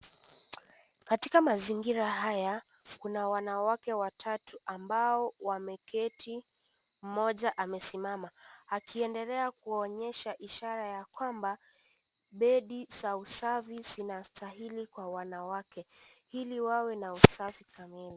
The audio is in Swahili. Katika mazingira haya kuna wanawake watatu ambao wameketi, moja amesimama aliendelea kuonyesha ishara ya kwamba hedhi za usafi zinastahili kwa wanawake ili wawe na usafi kamili.